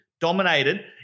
dominated